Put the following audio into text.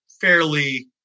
fairly